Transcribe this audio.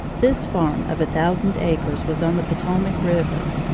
this farm of a thousand acres was on the potomac river.